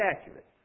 accurate